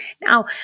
Now